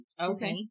Okay